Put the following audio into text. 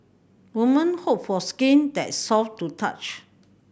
women hope for a skin that soft to touch